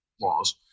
laws